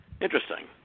Interesting